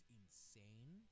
insane